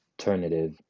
alternative